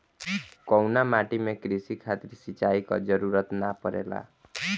कउना माटी में क़ृषि खातिर सिंचाई क जरूरत ना पड़ेला?